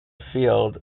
field